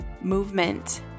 movement